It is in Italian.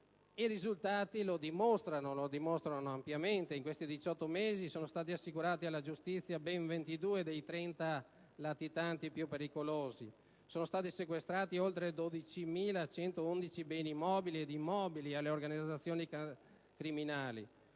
I risultati lo dimostrano ampiamente: negli ultimi 18 mesi sono stati assicurati alla giustizia ben 22 dei 30 latitanti più pericolosi; sono stati sequestrati 12.111 beni mobili ed immobili alle organizzazioni criminali,